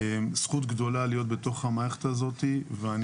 זכות גדולה להיות בתוך המערכת הזו ואני